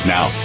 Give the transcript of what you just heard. Now